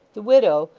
the widow,